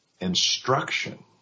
instruction